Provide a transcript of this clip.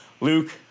Luke